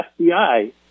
FBI